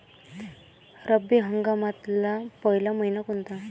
रब्बी हंगामातला पयला मइना कोनता?